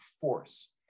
force